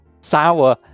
Sour